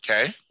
Okay